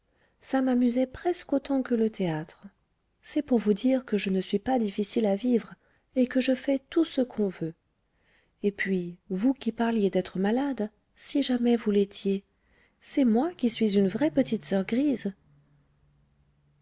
ça m'amusait presque autant que le théâtre c'est pour vous dire que je ne suis pas difficile à vivre et que je fais tout ce qu'on veut et puis vous qui parliez d'être malade si jamais vous l'étiez c'est moi qui suis une vraie petite soeur grise